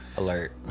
alert